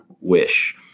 wish